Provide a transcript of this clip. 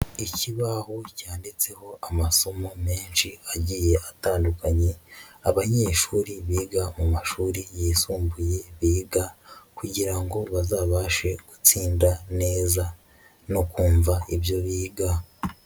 Ikibaho cyanditseho amasomo menshi agiye atandukanye, abanyeshuri biga mu mashuri yisumbuye biga kugira ngo bazabashe gutsinda neza no kumva ibyo biga.